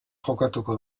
jokatuko